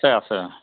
আছে আছে